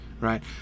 Right